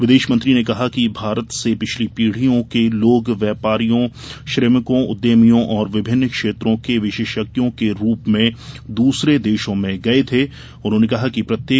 विदेश मंत्री ने कहा कि भारत से पिछली पीढ़ियों के लोग व्यापारियों श्रमिकों उद्यमियों और विभिन्नि क्षेत्रों के विशेषज्ञों के रूप में दूसरे देशों में गए थे